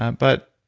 but.